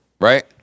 right